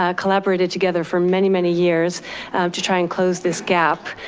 ah collaborated together for many, many years to try and close this gap.